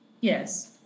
Yes